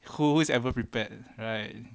who always ever prepared right